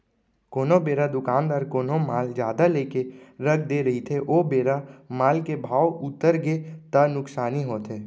कोनो बेरा दुकानदार कोनो माल जादा लेके रख दे रहिथे ओ बेरा माल के भाव उतरगे ता नुकसानी होथे